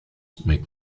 make